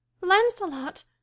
lancelot